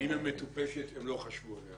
אם היא מטופשת, הם לא חשבו עליה.